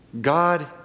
God